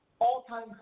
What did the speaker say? all-time